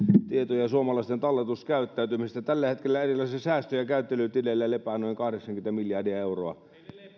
tietoja suomalaisten talletuskäyttäytymisestä tällä hetkellä erilaisilla säästö ja käyttelytileillä lepää noin kahdeksankymmentä miljardia euroa